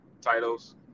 titles